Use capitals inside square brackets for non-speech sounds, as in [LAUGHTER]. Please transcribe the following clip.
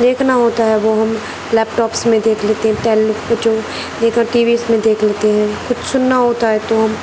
دیکھنا ہوتا ہے وہ ہم لیپ ٹاپس میں دیکھ لیتے ہیں [UNINTELLIGIBLE] میں دیکھ لیتے ہیں کچھ سننا ہوتا ہے تو ہم